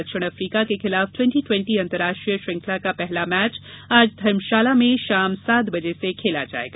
दक्षिण अफ्रीका के खिलाफ ट्वेंटी ट्वेंटी अंतर्राष्ट्रीय श्रृंखला का पहला मैच आज धर्मशाला में शाम सात बजे से खेला जाएगा